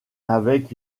avec